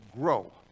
grow